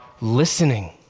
listening